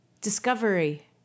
discovery